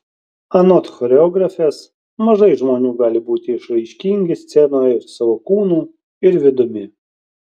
anot choreografės mažai žmonių gali būti išraiškingi scenoje ir savo kūnu ir vidumi